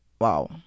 wow